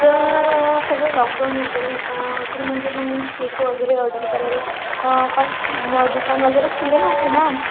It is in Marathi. तर सगळं लॉकडाऊन वगैरे होता तर म्हणजे मग केक वगैरे ऑर्डर करायला काहीच दुकान वगैरे खुले नव्हते ना